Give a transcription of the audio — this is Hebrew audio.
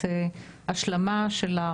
צהריים טובים לכולם.